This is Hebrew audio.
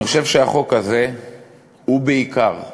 אני חושב שהחוק הזה הוא בעיקר,